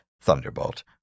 Thunderbolt